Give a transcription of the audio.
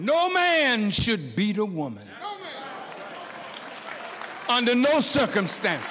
no man should beat a woman under no circumstance